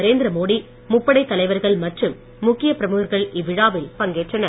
நரேந்திரமோடி முப்படை தலைவர்கள் மற்றும் முக்கிய பிரமுகர்கள் இவ்விழாவில் பங்கேற்றனர்